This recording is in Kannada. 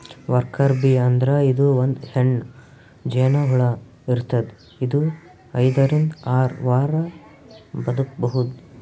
ವರ್ಕರ್ ಬೀ ಅಂದ್ರ ಇದು ಒಂದ್ ಹೆಣ್ಣ್ ಜೇನಹುಳ ಇರ್ತದ್ ಇದು ಐದರಿಂದ್ ಆರ್ ವಾರ್ ಬದ್ಕಬಹುದ್